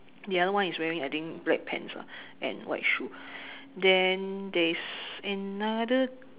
the other one is wearing I think black pants ah and white shoes then there's another